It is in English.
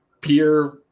peer